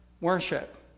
worship